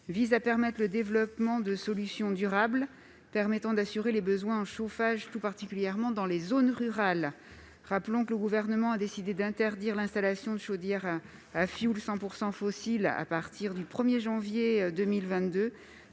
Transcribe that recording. vise à permettre le développement de solutions durables à même d'assurer les besoins en chauffage, tout particulièrement dans les zones rurales. Rappelons que le Gouvernement a décidé l'interdiction de chaudières à fioul 100 % fossile à partir du 1 janvier 2022.